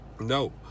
No